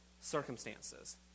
circumstances